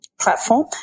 platform